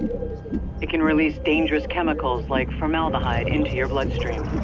it can release dangerous chemicals, like formaldehyde, into your bloodstream.